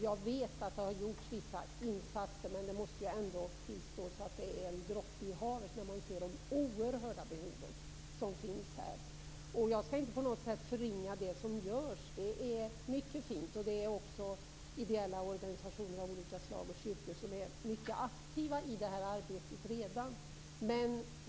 Jag vet att vissa insatser har gjorts, men när man ser de oerhörda behoven måste man ändå tillstå att det är en droppe i havet. Jag skall inte förringa det som görs. Det är mycket fint. Ideella organisationer av olika slag och kyrkor är redan mycket aktiva i det arbetet.